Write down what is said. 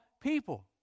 people